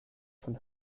von